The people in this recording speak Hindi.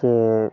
से